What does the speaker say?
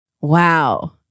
Wow